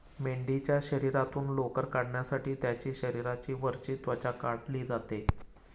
मेंढीच्या शरीरातून लोकर काढण्यासाठी त्यांची शरीराची वरची त्वचा काढली जाते